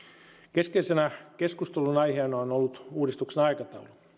keskeisenä keskustelunaiheena on ollut uudistuksen aikataulu